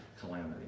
calamity